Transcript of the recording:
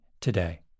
today